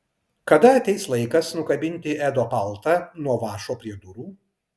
kada ateis laikas nukabinti edo paltą nuo vąšo prie durų